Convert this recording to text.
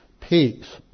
peace